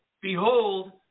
behold